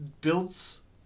builds